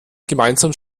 gemeinsam